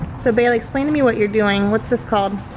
so, bailey, explain to me what you're doing, what's this called?